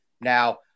now